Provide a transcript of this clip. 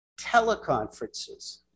teleconferences